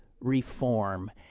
reform